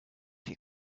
here